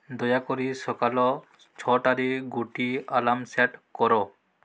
ଦୟାକରି ସକାଳ ଛଅଟାରେ ଗୋଟିଏ ଆଲାର୍ମ ସେଟ୍ କର